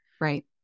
Right